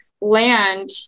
land